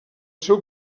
seu